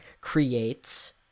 creates